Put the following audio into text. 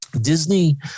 Disney